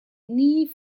nie